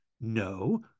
No